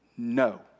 No